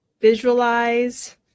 Visualize